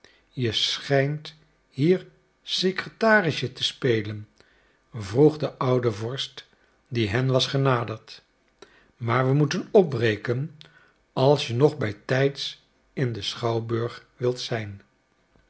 je schijnt hier secretarisje te spelen vroeg de oude vorst die hen was genaderd maar we moeten opbreken als je nog bij tijds in den schouwburg wilt zijn